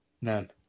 None